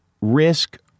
Risk